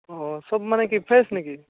অ' চব মানে কি ফ্ৰেছ নেকি